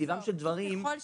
ככל שישנן.